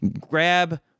Grab